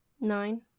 Nine